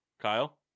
Kyle